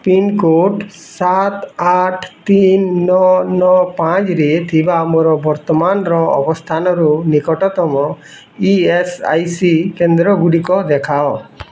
pincode ସାତ ଆଠ ତିନି ନଅ ନଅ ପାଞ୍ଚ ରେ ଥିବା ମୋର ବର୍ତ୍ତମାନର ଅବସ୍ଥାନରୁ ନିକଟତମ ଇ ଏସ୍ ଆଇ ସି କେନ୍ଦ୍ରଗୁଡ଼ିକ ଦେଖାଅ